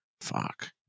Fuck